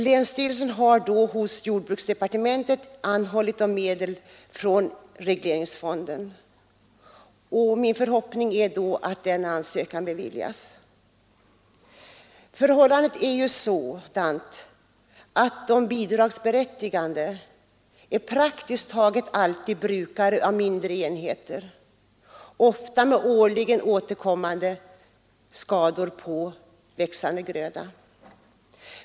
Länsstyrelsen har hos jordbruksdepartementet anhållit om medel från regleringsfonden, och det är min förhoppning att denna ansökan beviljas. De bidragsberättigade är praktiskt taget alltid brukare av mindre jordbruksenheter, ofta med årligen återkommande skador på växande gröda.